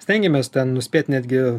stengiamės ten nuspėt netgi